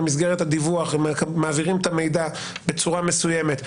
במסגרת הדיווח הם מעבירים את המידע בצורה מסוימת.